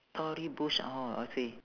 tory burch ah orh okay